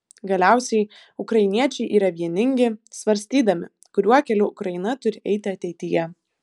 galiausiai ukrainiečiai yra vieningi svarstydami kuriuo keliu ukraina turi eiti ateityje